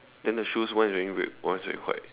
then the shoes one is wearing red one is wearing white